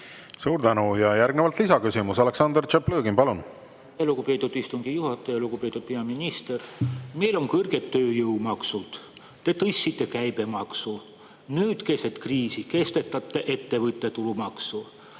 Suur tänu! Järgnevalt lisaküsimus. Aleksandr Tšaplõgin, palun! Lugupeetud istungi juhataja! Lugupeetud peaminister! Meil on kõrged tööjõumaksud. Te tõstsite käibemaksu. Nüüd, keset kriisi, kehtestate ettevõtte tulumaksu.